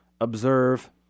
Observe